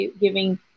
giving